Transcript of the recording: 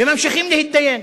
וממשיכים להתדיין?